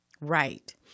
Right